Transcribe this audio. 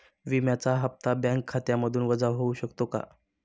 विम्याचा हप्ता बँक खात्यामधून वजा होऊ शकतो का?